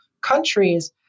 countries